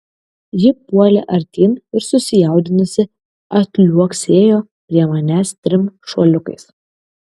ji puolė artyn ir susijaudinusi atliuoksėjo prie manęs trim šuoliukais